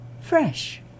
fresh